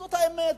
זאת האמת.